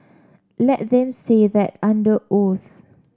let them say that under oath